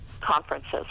conferences